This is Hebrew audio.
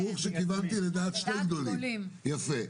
ברור שכיוונתי לדעת שני גדולים, יפה.